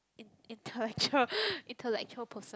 in~ intellectual intellectual person